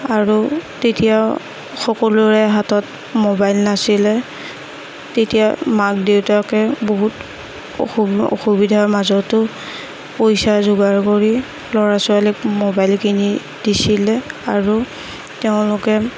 আৰু তেতিয়া সকলোৰে হাতত ম'বাইল নাছিলে তেতিয়া মাক দেউতাকে বহুত অসুবিধাৰ মাজতো পইছা যোগাৰ কৰি ল'ৰা ছোৱালীক ম'বাইল কিনি দিছিলে আৰু তেওঁলোকে